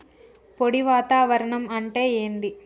పొడి వాతావరణం అంటే ఏంది?